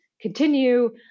continue